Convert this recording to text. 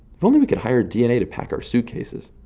if only we could hire dna to pack our suitcases!